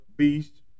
beast